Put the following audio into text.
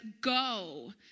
go